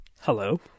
Hello